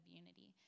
unity